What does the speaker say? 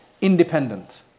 independent